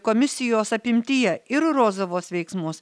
komisijos apimtyje ir rozovos veiksmus